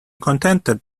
contented